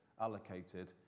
allocated